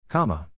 Comma